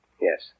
Yes